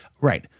Right